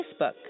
Facebook